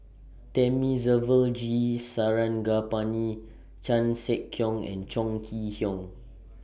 Thamizhavel G Sarangapani Chan Sek Keong and Chong Kee Hiong